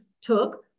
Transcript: took